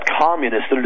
communists